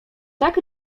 tak